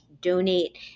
donate